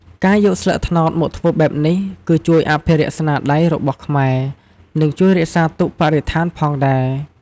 ការយកស្លឹកត្នោតមកធ្វើបែបនេះគឺជួយអភិរក្សស្នាដៃរបស់ខ្មែរ និងជួយរក្សាទុកបរិស្ថានផងដែរ។